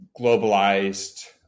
globalized